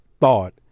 thought